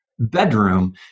bedroom